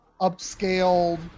upscaled